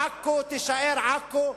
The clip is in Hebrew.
עכו תישאר עכו,